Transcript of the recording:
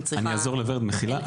אני אעזור לורד, מחילה.